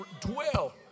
dwell